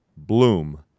bloom